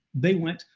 they went,